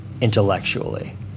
intellectually